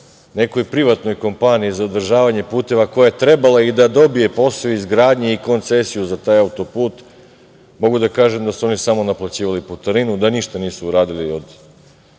nekoj privatnoj kompaniji za održavanje puteva koja je trebala da dobije posao izgradnje i koncesiju za taj autoput. Mogu da kažem da su oni samo naplaćivali putarinu, da ništa nisu uradili od